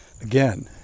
Again